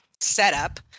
setup